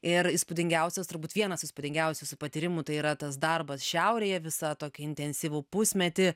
ir įspūdingiausias turbūt vienas įspūdingiausių jųsų patyrimų tai yra tas darbas šiaurėje visa tokį intensyvų pusmetį